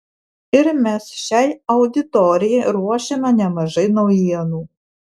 ir mes šiai auditorijai ruošiame nemažai naujienų